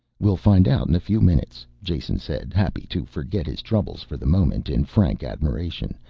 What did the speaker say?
we'll find out in a few minutes, jason said, happy to forget his troubles for the moment in frank admiration,